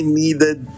needed